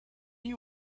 you